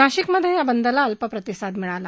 नाशिक मध्ये या बंदला अल्प प्रतिसाद मिळाला